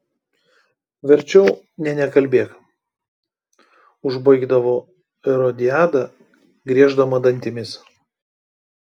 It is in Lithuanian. verčiau nė nekalbėk užbaigdavo erodiada grieždama dantimis